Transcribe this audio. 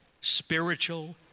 spiritual